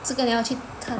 这个你要去看